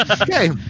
Okay